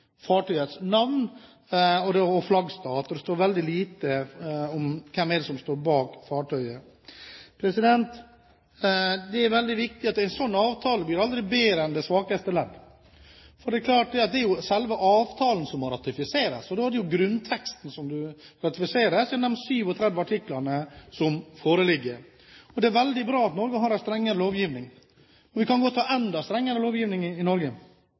Der står fartøyets historikk, fartøyets navn og flaggstat. Det står veldig lite om hvem som står bak fartøyet. Det som er veldig viktig, er at en slik avtale aldri blir bedre enn det svakeste ledd. Det er klart at det er selve avtalen som må ratifiseres, og da er det grunnteksten gjennom de 37 artiklene som foreligger, som ratifiseres. Det er veldig bra at Norge har en streng lovgivning, og vi kan godt ha enda strengere lovgivning i